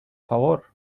favor